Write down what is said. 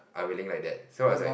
unwilling like that so I was like